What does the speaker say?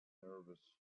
nervous